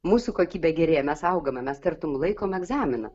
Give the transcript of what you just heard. mūsų kokybė gerėja mes augame mes tartum laikom egzaminą